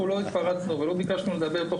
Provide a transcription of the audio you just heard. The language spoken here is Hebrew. אנחנו לא התפרצנו ולא ביקשנו לדבר תוך